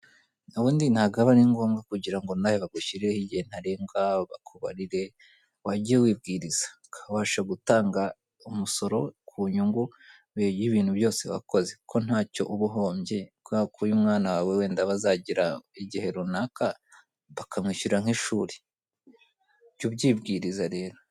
Ubundi ntago aba ari ngombwa kugira ngo nawe bagushyireho igihe ntarengwa bakubarire, wajyiye wibwiriza ukabasha gutanga umusoro ku nyungu wibintu byose wakoze ko ntacyo uba uhombye bwakuye umwana wawe wenda bazagira igihe runaka bakamwishyurira nk'ishuri, jya wibwiriza rero.